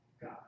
God